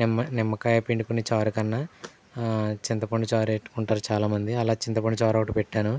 నిమ్మ నిమ్మకాయ పిండుకుని చారుకన్నా చింతపండు చారు ఎట్టుకుంటారు చాలామంది అలా చింతపండు చారు ఒకటి పెట్టాను